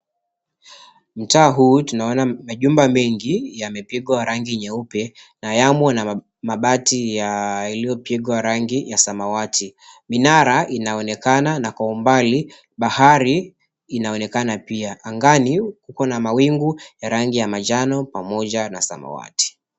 Mtaa huu tunaona majumba mengi yamepigwa rangi nyeupe na yamo na mabati yaliyopigwa rangi ya samawati. Minara inaonekana na kwa umbali bahari inaonekana pia. Angani kuko na mawingu ya rangi ya manjano pamoja na samawati.